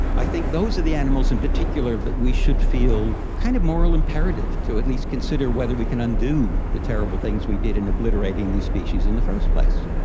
i think those are the animals in particular that we should feel a kind of moral imperative to at least consider whether we can undo the terrible things we did in obliterating the species in the first place.